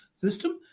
system